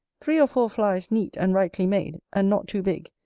three or four flies neat and rightly made, and not too big,